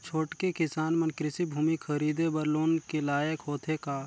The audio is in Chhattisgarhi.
छोटके किसान मन कृषि भूमि खरीदे बर लोन के लायक होथे का?